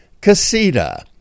Casita